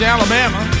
Alabama